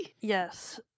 Yes